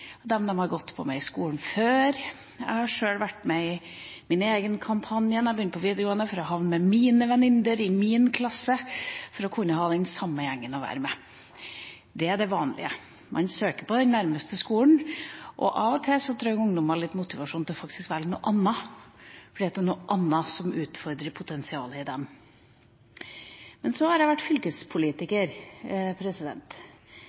på den skolen som vennene går på – og som de har gått sammen med på skolen før. Jeg var sjøl med i min egen kampanje da jeg begynte på videregående, for å havne i klasse med mine venninner – for å kunne ha den samme gjengen å være med. Det er det vanlige. Man søker på den nærmeste skolen. Av og til trenger ungdommer litt motivasjon for faktisk å velge noe annet, fordi det er noe annet som utfordrer potensialet i dem. Så har